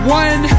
one